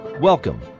Welcome